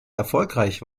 erfolgreich